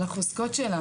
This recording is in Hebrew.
על החוזקות שלה